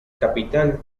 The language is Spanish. capital